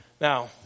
Now